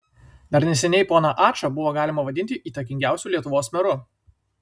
dar neseniai poną ačą buvo galima vadinti įtakingiausiu lietuvos meru